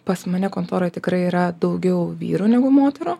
pas mane kontoroj tikrai yra daugiau vyrų negu moterų